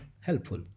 helpful